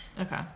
Okay